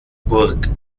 burg